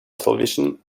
television